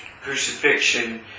crucifixion